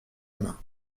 main